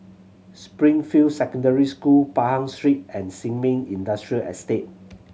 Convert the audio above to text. Springfield Secondary School Pahang Street and Sin Ming Industrial Estate